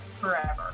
forever